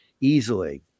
easily